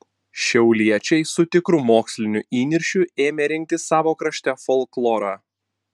šiauliečiai su tikru moksliniu įniršiu ėmė rinkti savo krašte folklorą